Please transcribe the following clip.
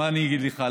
מה אני אגיד לך,